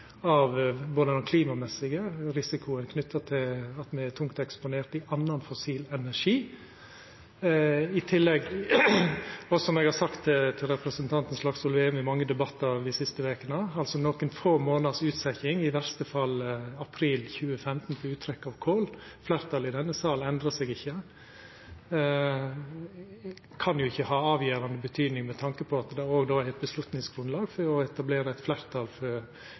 av den klimamessige risikoen knytt til at me er tungt eksponert i annan fossil energi. I tillegg, som eg har sagt til representanten Slagsvold Vedum i mange debattar dei siste vekene, kan nokre få månaders utsetjing for uttrekk av kol, i verste fall til april 2015 – fleirtalet i denne sal endrar seg ikkje – jo ikkje ha avgjerande betyding med tanke på at det òg då er eit avgjerdsgrunnlag for å etablera eit fleirtal